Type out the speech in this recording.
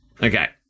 Okay